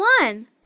one